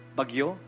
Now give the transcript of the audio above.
bagyo